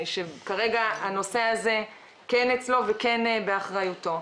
שכרגע הנושא הזה כן אצלו וכן באחריותו,